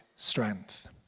Strength